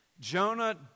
Jonah